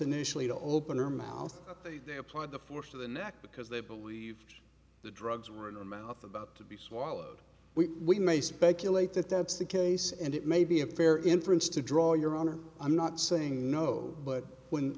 initially to open her mouth they applied the force of the neck because they believed the drugs were in the mouth about to be swallowed we may speculate that that's the case and it may be a fair inference to draw your honor i'm not saying no but when